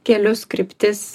kelius kryptis